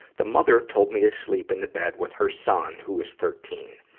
the mother told me to sleep in the bed with her son, who was thirteen.